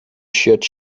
chiottes